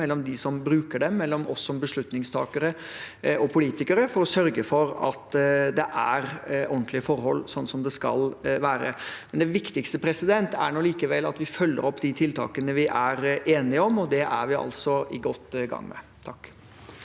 og som bruker dem, og oss som beslutningstakere og politikere, for å sørge for at det er ordentlige forhold, slik som det skal være. Det viktigste er likevel at vi følger opp de tiltakene vi er enige om, og det er vi altså godt i gang med. Sp